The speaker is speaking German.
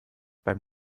beim